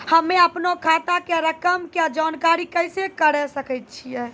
हम्मे अपनो खाता के रकम के जानकारी कैसे करे सकय छियै?